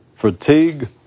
fatigue